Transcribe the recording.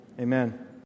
amen